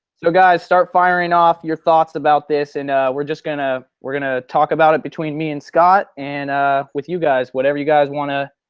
so guys start firing off your thoughts about this and we're just going to. we're going to talk about it between me and scott and ah with you guys. whatever you guys want to.